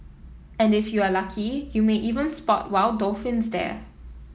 and if you are lucky you may even spot wild dolphins there